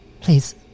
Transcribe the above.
Please